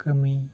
ᱠᱟᱹᱢᱤ